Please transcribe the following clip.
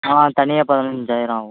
ஆ தனியாக பதினஞ்சாயிரம் ஆகும்